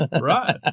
Right